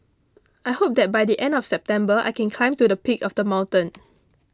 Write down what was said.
I hope that by the end of September I can climb to the peak of the mountain